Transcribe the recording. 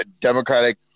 democratic